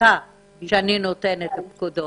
סליחה שאני נותנת פקודות,